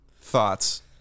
Thoughts